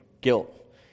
guilt